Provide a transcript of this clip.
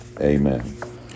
amen